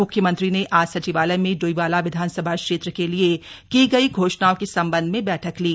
म्ख्यमंत्री ने आज सचिवालय में डोईवाला विधानसभा क्षेत्र के लिए की गई घोषणाओं के संबंध में बैठक ली